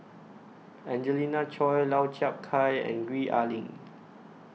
Angelina Choy Lau Chiap Khai and Gwee Ah Leng